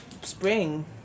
spring